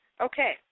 Okay